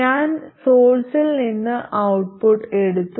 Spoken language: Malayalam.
ഞാൻ സോഴ്സിൽ നിന്ന് ഔട്ട്പുട്ട് എടുത്തു